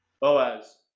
Boaz